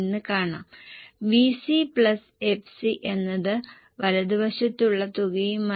എന്നാൽ breakup projection ആവശ്യങ്ങൾക്ക് സഹായകരമാണ്